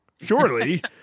surely